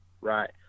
Right